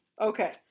Okay